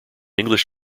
english